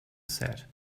said